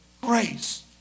grace